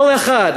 כל אחד,